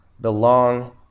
belong